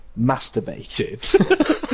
masturbated